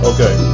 Okay